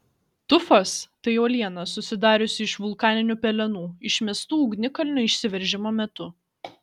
tufas tai uoliena susidariusi iš vulkaninių pelenų išmestų ugnikalnio išsiveržimo metu